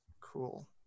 Cool